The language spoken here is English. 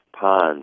ponds